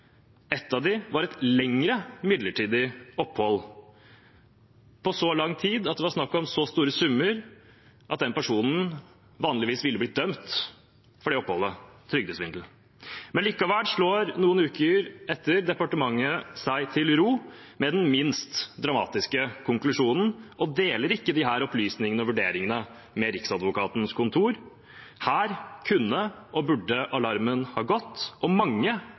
et av dem var et lengre, midlertidig opphold over så lang tid at det var snakk om så store summer at denne personen vanligvis ville blitt dømt for trygdesvindel. Men noen uker etter slår likevel departementet seg til ro med den minst dramatiske konklusjonen og deler ikke disse opplysningene og vurderingene med Riksadvokatens kontor. Her kunne og burde alarmen ha gått, og mange